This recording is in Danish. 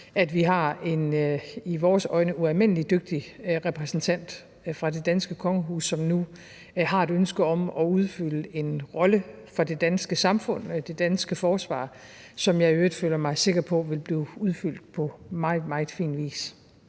at vi har en i vores øjne ualmindelig dygtig repræsentant fra det danske kongehus, som nu har et ønske om at udfylde en rolle for det danske samfund og det danske forsvar, som jeg i øvrigt føler mig sikker på vil blive udfyldt på meget, meget fin vis.